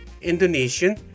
Indonesian